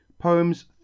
Poems